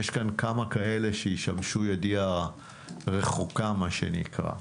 יש כאן כמה כאלה שישמשו ידיעה רחוקה, מה שנקרא.